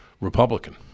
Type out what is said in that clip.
republican